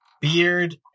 beard